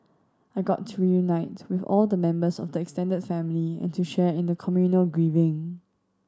I got to reunite with all the members of the extended family and to share in the communal grieving